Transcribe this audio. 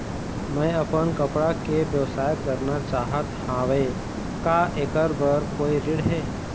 मैं अपन कपड़ा के व्यवसाय करना चाहत हावे का ऐकर बर कोई ऋण हे?